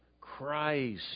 Christ